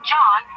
John